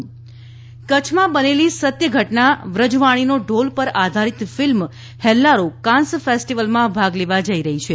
હેલ્લા row કચ્છમાં બનેલી સત્ય ઘટના વ્રજવાણી નો ઢોલ પર આધારિત ફિલ્મ હેલ્લારો કાન્સ ફેસ્ટિવલમાં ભાગ લેવા જઈ રહી છે